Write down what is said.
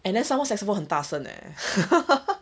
and then some more saxophone 很大声 leh